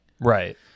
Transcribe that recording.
right